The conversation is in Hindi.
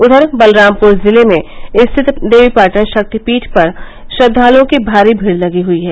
उधर बलरामपुर जिले में स्थित देवीपाटन शक्तिपीठ पर श्रद्वाल्ओं की भारी भीड़ लगी हुई है